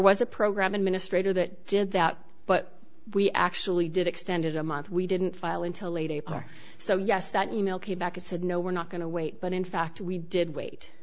was a program administrator that did that but we actually did extend it a month we didn't file until late a part so yes that e mail came back and said no we're not going to wait but in fact we did wait